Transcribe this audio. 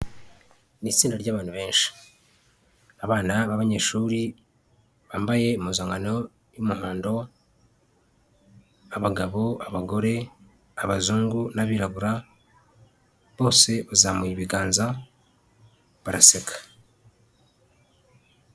Ni itsinda ry'abantu benshi, abana b'abanyeshuri bambaye impuzankano y'umuhondo, abagabo, abagore, abazungu n'abirabura bose bazamuye ibiganza baraseka.